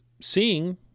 seeing